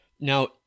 Now